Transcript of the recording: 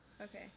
okay